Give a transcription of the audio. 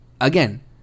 Again